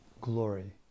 glory